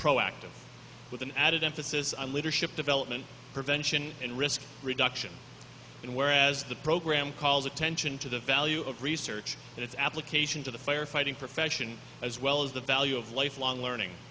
proactive with an added emphasis on leadership development prevention and risk reduction in whereas the program calls attention to the value of research and its application to the firefighting profession as well as the value of lifelong learning